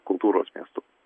kultūros miestu